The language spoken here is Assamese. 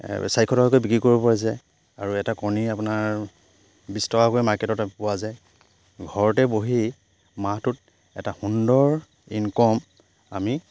চাৰিশ টকাকৈ বিক্ৰী কৰিব পাৰি যায় আৰু এটা কণী আপোনাৰ বিছ টকাকৈ মাৰ্কেটতে পোৱা যায় ঘৰতে বহি মাহটোত এটা সুন্দৰ ইনকম আমি